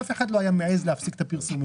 אף אחד לא היה מעז להפסיק את הפרסומים.